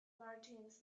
martians